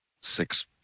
Six